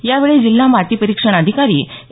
यावेळी जिल्हा माती परीक्षण आधिकारी ए